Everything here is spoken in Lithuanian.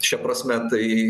šia prasme tai